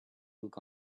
look